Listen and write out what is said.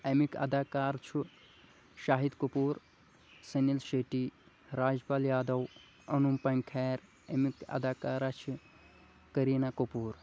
اَمٕکۍ اَداکار چھُ شاہد کپوٗر سُنیل شیٹی راجپال یادو اَنوٗپم کھیر امیُک اَدا کاراہ چھِ کریٖنا کپوٗر